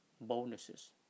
bonuses